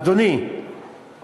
אדוני,